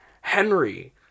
Henry